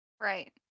right